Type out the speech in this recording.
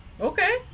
Okay